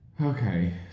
Okay